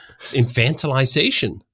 infantilization